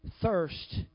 thirst